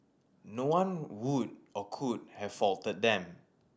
no one would or could have faulted them